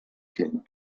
came